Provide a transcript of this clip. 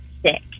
sick